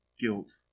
guilt